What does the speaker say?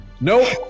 No